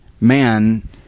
man